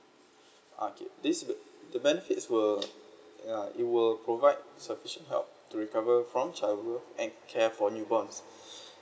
ah K this th~ the benefits will ya it will provide sufficient help to recover from child birth and care for newborns